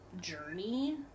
Journey